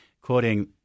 quoting